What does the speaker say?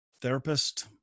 therapist